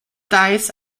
dyes